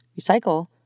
recycle